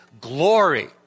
glory